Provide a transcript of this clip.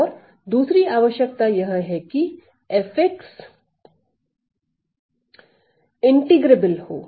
और दूसरी आवश्यकता यह है कि f परिशुद्ध समाकलनीय हो